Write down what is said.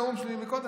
הנאום שלי מקודם?